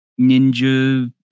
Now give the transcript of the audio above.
ninja